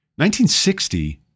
1960